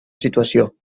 situació